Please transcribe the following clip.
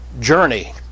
journey